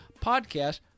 podcast